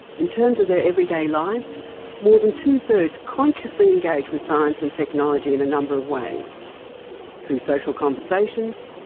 in terms of their everyday lives more than two-thirds consciously engaged with science and technology in a number of ways through social conversations,